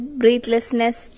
breathlessness